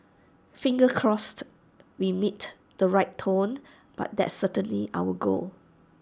fingers crossed we meet the right tone but that's certainly our goal